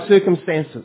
circumstances